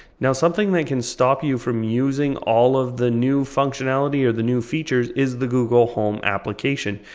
now something that can stop you from using all of the new functionality or the new features is the google home application.